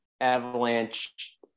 avalanche